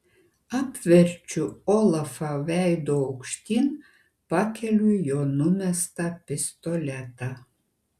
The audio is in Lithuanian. apverčiu olafą veidu aukštyn pakeliu jo numestą pistoletą